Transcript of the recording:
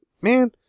man